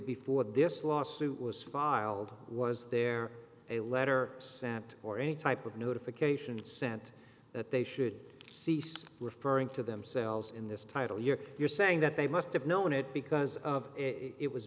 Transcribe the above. before this lawsuit was filed was there a letter sent or any type of notification sent that they should cease referring to themselves in this title yet you're saying that they must have known it because of it was